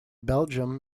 belgium